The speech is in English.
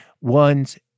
one's